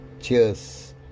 Cheers